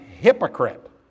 hypocrite